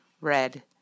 red